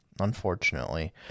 unfortunately